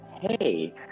hey